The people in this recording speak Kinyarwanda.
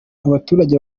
abaturage